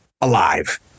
alive